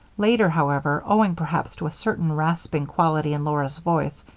later, however, owing perhaps to a certain rasping quality in laura's voice,